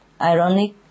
Ironic